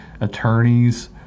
attorneys